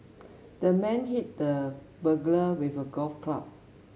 the man hit the burglar with a golf club